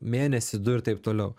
mėnesį du ir taip toliau